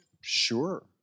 Sure